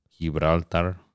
Gibraltar